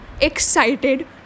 excited